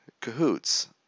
cahoots